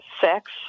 sex